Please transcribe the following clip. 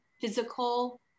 physical